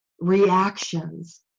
reactions